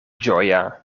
ĝoja